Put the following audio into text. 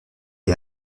est